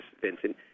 Vincent